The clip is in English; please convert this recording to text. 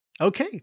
Okay